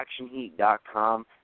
ActionHeat.com